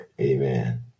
amen